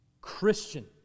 Christian